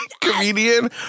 comedian